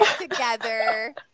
together